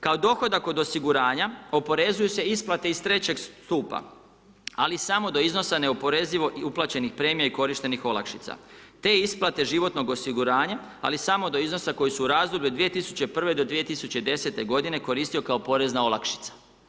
Kao dohodak od osiguranja oporezuju se isplate iz 3. stupa ali samo do iznosa neoporezivo i uplaćenih premija i korištenih olakšica te isplate životnog osiguranja ali samo do iznosa koji su u razdoblju od 2001. do 2010. koristio kao porezna olakšica.